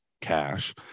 cash